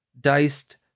diced